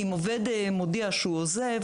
אם עובד מודיע שהוא עוזב,